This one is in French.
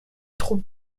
troupe